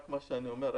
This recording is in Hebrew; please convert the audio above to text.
מה שאני אומר,